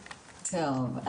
טוב,